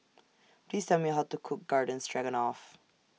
Please Tell Me How to Cook Garden Stroganoff